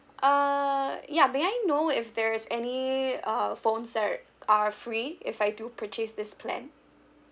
uh ya may I know if there's any uh phones that are free if I do purchase this plan